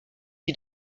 qui